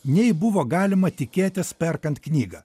nei buvo galima tikėtis perkant knygą